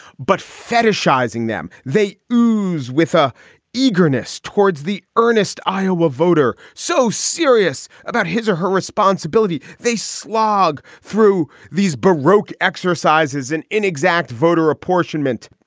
but fetishizing them. they lose with a eagerness towards the earnest iowa voter. so serious about his or her responsibility. they slog through these baroque exercises, an inexact voter apportionment.